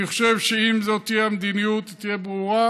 אני חושב שאם זו תהיה המדיניות, והיא תהיה ברורה,